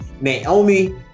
Naomi